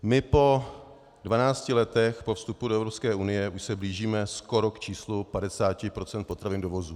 My po 12 letech po vstupu do Evropské unie už se blížíme skoro k číslu 50 % potravin dovozu.